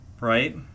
Right